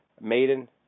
Maiden